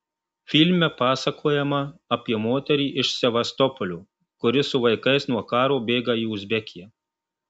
filme pasakojama apie moterį iš sevastopolio kuri su vaikais nuo karo bėga į uzbekiją